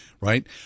right